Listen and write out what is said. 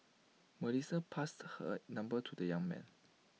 Melissa passed her number to the young man